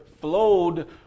flowed